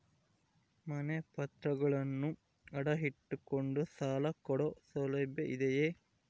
ಮನೆ ಪತ್ರಗಳನ್ನು ಅಡ ಇಟ್ಟು ಕೊಂಡು ಸಾಲ ಕೊಡೋ ಸೌಲಭ್ಯ ಇದಿಯಾ?